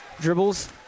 dribbles